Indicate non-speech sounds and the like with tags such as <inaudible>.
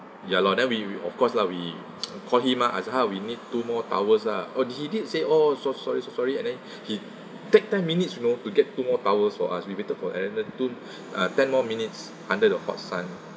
ya lor then we we of course lah we <noise> called him lah azarhar we need two more towels lah oh he did say oh so sorry so sorry and then he take ten minutes you know to get two more towels for us we waited another two uh ten more minutes under the hot sun